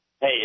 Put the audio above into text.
Hey